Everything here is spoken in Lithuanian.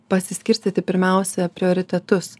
pasiskirstyti pirmiausia prioritetus